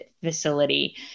facility